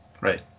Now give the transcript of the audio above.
Right